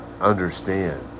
understand